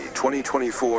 2024